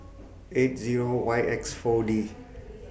eight Zero Y X four D